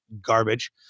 garbage